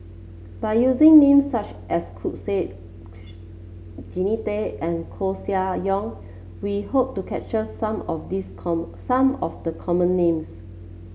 by using names such as Said Jannie Tay and Koeh Sia Yong we hope to capture some of these common some of the common names